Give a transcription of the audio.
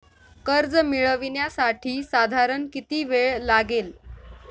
कर्ज मिळविण्यासाठी साधारण किती वेळ लागेल?